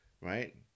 right